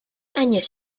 agnès